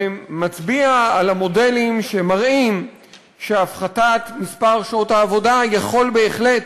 ומצביע על מודלים שמראים שהפחתת מספר שעות העבודה יכולה בהחלט